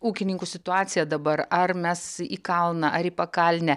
ūkininkų situacija dabar ar mes į kalną ar į pakalnę